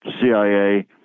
CIA